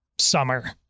summer